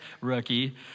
rookie